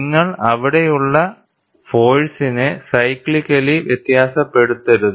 നിങ്ങൾ അവിടെയുള്ള ഫോഴ്സിനെ സൈക്ലിക്കലി വ്യത്യാസപ്പെടുത്തരുത്